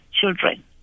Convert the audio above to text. children